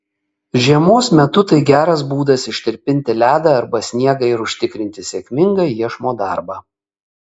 žiemos metu tai geras būdas ištirpinti ledą arba sniegą ir užtikrinti sėkmingą iešmo darbą